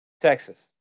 Texas